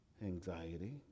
anxiety